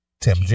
Tim